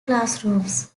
classrooms